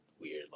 weird